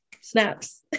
snaps